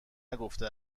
نگفته